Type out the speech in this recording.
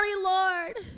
Lord